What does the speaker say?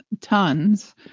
tons